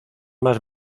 más